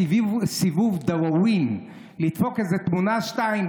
סיבוב דאווין, לדפוק איזה תמונה-שתיים.